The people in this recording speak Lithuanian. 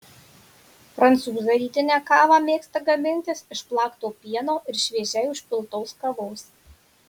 prancūzai rytinę kavą mėgsta gamintis iš plakto pieno ir šviežiai užpiltos kavos